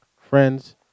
Friends